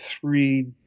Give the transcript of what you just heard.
three